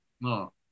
No